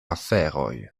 aferoj